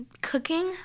cooking